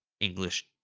English